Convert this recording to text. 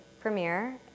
Premiere